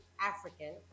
African